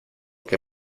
que